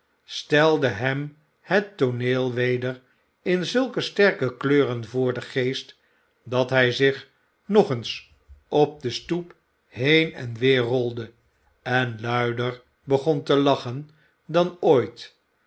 stelde hem het tooneel weder in zulke sterke kleuren voor den geest dat hij zich nog eens op de stoep heen en weer rolde en luider begon te lachen dan ooit